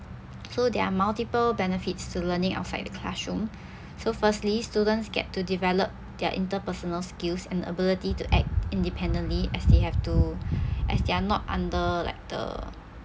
so there are multiple benefits to learning outside the classroom so firstly students get to develop their interpersonal skills and the ability to act independently as they have to as they're not under like the